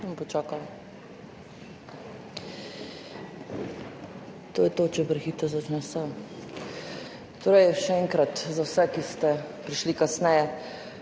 To je to, če prehitro začneš sejo.) Torej, še enkrat za vse, ki ste prišli kasneje.